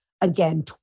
again